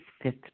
fifth